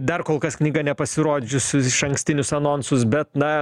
dar kol kas knyga nepasirodžius išankstinius anonsus bet na